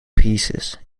pieces